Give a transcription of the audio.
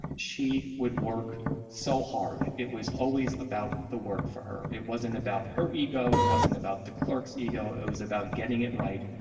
she would work so hard. it was always about the work for her. it wasn't about her ego. it wasn't about the clerk's ego. it was about getting it right,